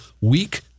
weak